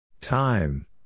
Time